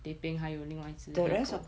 teh peng 还有另外一只狗